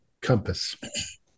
compass